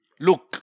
Look